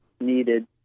needed